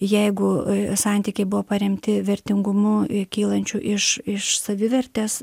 jeigu santykiai buvo paremti vertingumu kylančiu iš iš savivertės